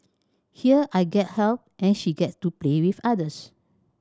here I get help and she gets to play with others